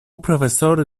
professore